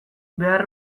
behar